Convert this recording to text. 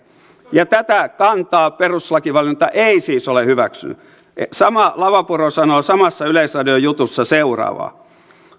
ja tätä kantaa perustuslakivaliokunta ei siis ole hyväksynyt sama lavapuro sanoo samassa yleisradion jutussa seuraavaa